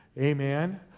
amen